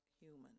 human